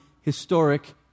historic